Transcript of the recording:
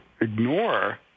ignore